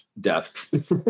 death